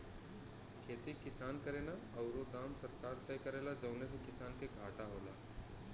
खेती किसान करेन औरु दाम सरकार तय करेला जौने से किसान के घाटा होला